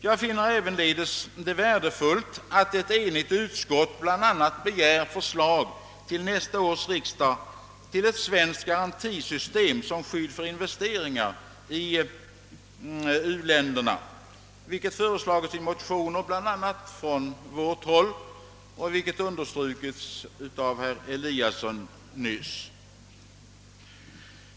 Jag finner det även värdefullt att ett enigt utskott bl.a. begärt förslag till nästa års riksdag om ett svenskt garantisystem som skydd för investeringar i uländerna, vilket har föreslagits i motioner bl.a. från vårt håll och nyss har understrukits av herr Eliasson i Sundborn.